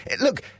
look